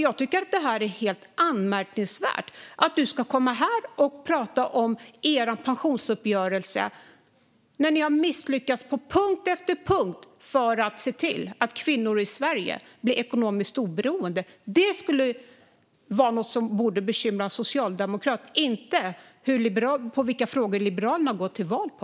Jag tycker att det är anmärkningsvärt att du kommer här och pratar om er pensionsuppgörelse när ni har misslyckats på punkt efter punkt med att se till att kvinnor i Sverige blir ekonomiskt oberoende. Detta är något som borde bekymra Socialdemokraterna, inte vilka frågor som Liberalerna går till val på.